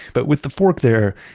but with the fork there,